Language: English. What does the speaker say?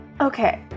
Okay